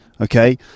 okay